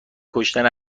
کشتن